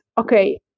okay